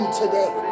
today